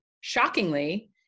shockingly